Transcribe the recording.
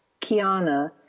Kiana